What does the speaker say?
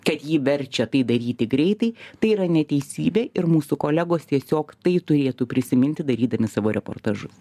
kad jį verčia tai daryti greitai tai yra neteisybė ir mūsų kolegos tiesiog tai turėtų prisiminti darydami savo reportažus